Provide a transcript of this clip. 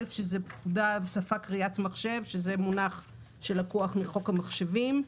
שזאת שפה קריאת מחשב, זה מונח שלקוח מחוק המחשבים,